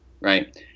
right